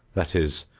that is,